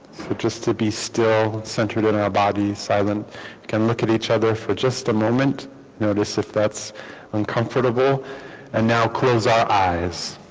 just to be still centered in our body silent can look at each other for just a moment notice if that's uncomfortable and now close our eyes